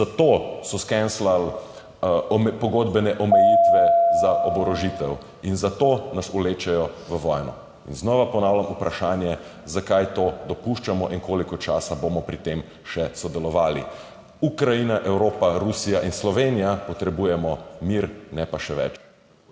Zato so skenslali pogodbene omejitve za oborožitev. In zato nas vlečejo v vojno. Ponavljam vprašanje: Zakaj to dopuščamo in koliko časa bomo pri tem še sodelovali? Ukrajina, Evropa, Rusija in Slovenija potrebujemo mir, ne pa še več